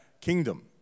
kingdom